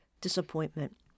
disappointment